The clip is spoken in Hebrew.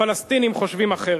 הפלסטינים, חושבים אחרת.